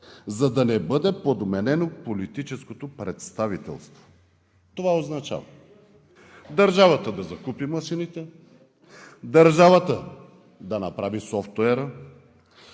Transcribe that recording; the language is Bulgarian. за да не бъде подменено политическото представителство. Това означава: държавата да закупи машините, държавата да направи софтуера,